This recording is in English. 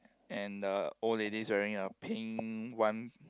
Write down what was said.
and the old lady wearing a pink one